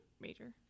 major